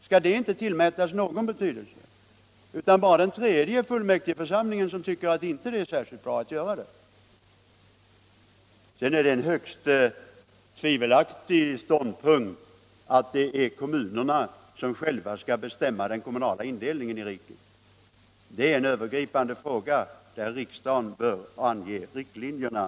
Skall inte det — utan bara att den tredje fullmäktigeförsamlingen tycker att det inte är särskilt bra att göra det — tillmätas någon betydelse? Sedan är det en högst tvivelaktig ståndpunkt att kommunerna själva skall bestämma den kommunala indelningen i riket. Detta är en övergripande fråga där riksdagen bör ange riktlinjerna.